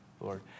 lord